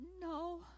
No